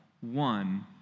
one